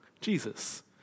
Jesus